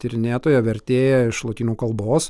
tyrinėtoja vertėja iš lotynų kalbos